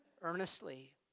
earnestly